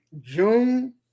June